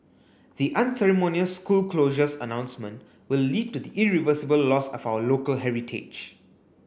the unceremonious school closures announcement will lead to irreversible loss of our local heritage